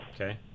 Okay